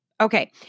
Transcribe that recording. Okay